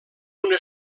una